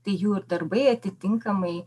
tai jų ir darbai atitinkamai